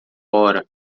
hora